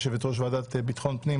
יושבת-ראש הוועדה לביטחון הפנים,